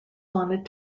wanted